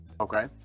okay